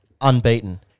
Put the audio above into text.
Unbeaten